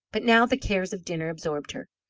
but now the cares of dinner absorbed her.